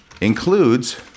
includes